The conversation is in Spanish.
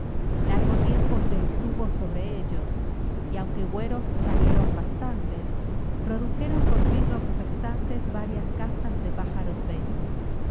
largo tiempo se estuvo sobre ellos y aunque hueros salieron bastantes produjeron por fin los restantes varias castas de pájaros bellos